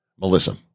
Melissa